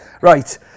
Right